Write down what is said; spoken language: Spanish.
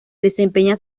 desempeña